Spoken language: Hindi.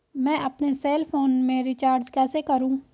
मैं अपने सेल फोन में रिचार्ज कैसे करूँ?